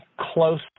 close